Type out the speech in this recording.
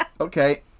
Okay